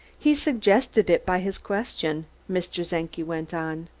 he suggested it by his question, mr. czenki went on.